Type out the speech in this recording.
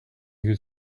could